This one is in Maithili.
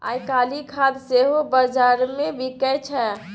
आयकाल्हि खाद सेहो बजारमे बिकय छै